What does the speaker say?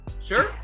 Sure